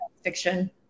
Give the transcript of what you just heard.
fiction